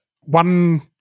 one